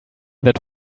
that